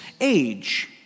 age